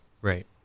Right